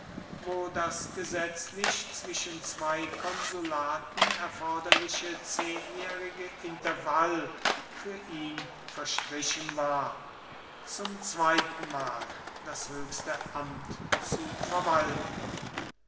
wo das gesetzlich zwischen zwei konsulaten erforderliche zehnjährige intervall für ihn verstrichen war zum zweitenmal das höchste amt zu verwalten